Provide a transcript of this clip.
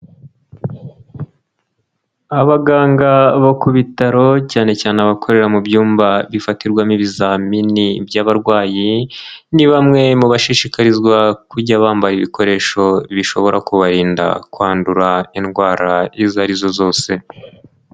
Abaganga bo ku bitaro, cyane cyane abakorera mu byumba bifatirwamo ibizamini by'abarwayi, ni bamwe mu bashishikarizwa kujya bambara ibikoresho bishobora kubarinda kwandura indwara izo arizo zose.